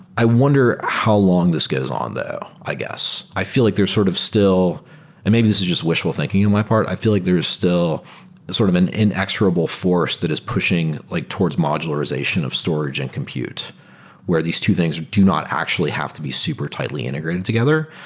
i wonder how long this goes on though, i guess. i feel like there's sort of still and maybe this is just wishful thinking on my part. i feel like there is still sort of an inexorable force that is pushing like towards modularization of storage and compute where these two things do not actually have to be super tightly integrated together.